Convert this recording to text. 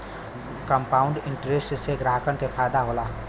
compound interest से ग्राहकन के फायदा होला